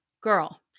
Girl